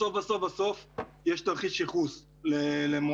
בסוף בסוף יש תרחיש ייחוס למועצה,